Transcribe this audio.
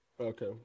okay